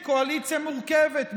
היא קואליציה מורכבת.